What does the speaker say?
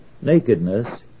Nakedness